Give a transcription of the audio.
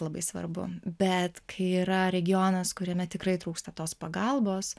labai svarbu bet kai yra regionas kuriame tikrai trūksta tos pagalbos